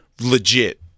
legit